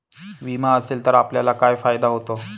विमा असेल तर आपल्याला काय फायदा होतो?